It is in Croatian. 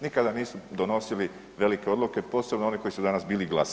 Nikada nisu donosili velike odluke, posebno oni koji su danas bili glasni.